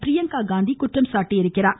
பிரியங்கா காந்தி குற்றம் சாட்டியுள்ளார்